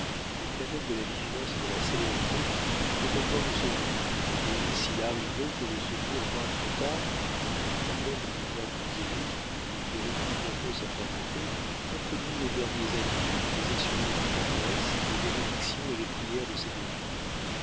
mais qu'avec de la vigilance et de la célérité il peut encore nous sauver et s'il arrivait que le secours vînt trop tard ajoutat-elle d'une voix plus émue mais qui reprit bientôt sa fermeté portez lui les derniers adieux les assurances de tendresse les bénédictions et les prières de ses deux filles